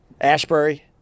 Ashbury